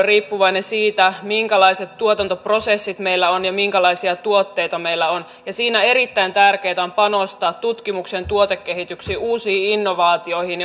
riippuvainen siitä minkälaiset tuotantoprosessit meillä on ja minkälaisia tuotteita meillä on siinä erittäin tärkeätä on panostaa tutkimukseen tuotekehitykseen uusiin innovaatioihin